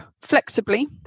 flexibly